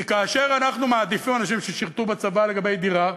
כי כאשר אנחנו מעדיפים אנשים ששירתו בצבא לגבי דירה,